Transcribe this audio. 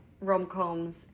rom-coms